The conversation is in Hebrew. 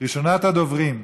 ראשונת הדוברים,